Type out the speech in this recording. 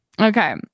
Okay